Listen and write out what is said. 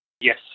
Yes